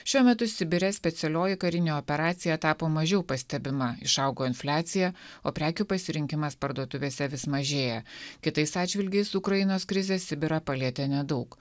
šiuo metu sibire specialioji karinė operacija tapo mažiau pastebima išaugo infliacija o prekių pasirinkimas parduotuvėse vis mažėja kitais atžvilgiais ukrainos krizė sibirą palietė nedaug